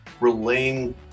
relaying